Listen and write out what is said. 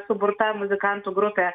suburta muzikantų grupė